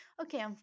Okay